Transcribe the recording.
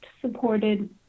supported